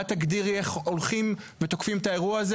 את תגדירי איך הולכים ותוקפים את האירוע הזה.